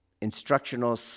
instructional